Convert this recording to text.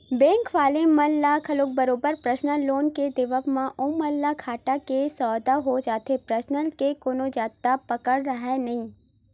bank वाले मन ल घलो बरोबर परसनल लोन के देवब म ओमन ल घाटा के सौदा हो जाथे परसनल के कोनो जादा पकड़ राहय नइ